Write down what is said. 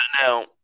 Now